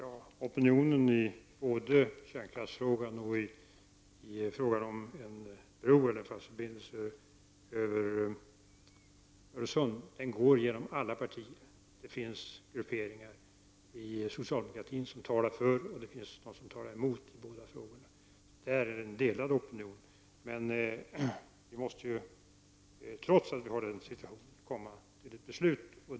Fru talman! Opinionen både i kärnkraftsfrågan och i frågan om en bro, en fast förbindelse, över Öresund gäller över alla partigränser. Det finns grupperingar inom socialdemokratin som talar antingen för eller mot i de båda frågorna. Det finns alltså en delad opinion. Trots den situationen måste vi komma fram till ett beslut.